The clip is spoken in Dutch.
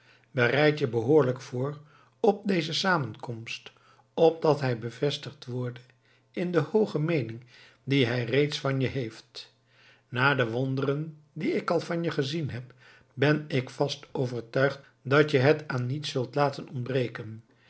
bereid je behoorlijk voor op deze samenkomst opdat hij bevestigd worde in de hooge meening die hij reeds van je heeft na de wonderen die ik al van je gezien heb ben ik vast overtuigd dat je het aan niets zult laten ontbreken